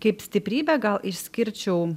kaip stiprybę gal išskirčiau